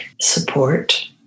support